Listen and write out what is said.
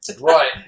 Right